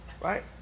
right